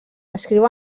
escriu